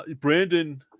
Brandon